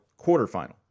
quarterfinal